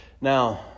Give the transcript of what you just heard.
Now